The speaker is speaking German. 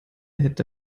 hätte